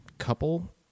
couple